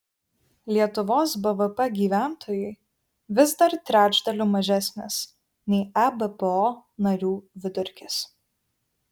lietuvos bvp gyventojui vis dar trečdaliu mažesnis nei ebpo narių vidurkis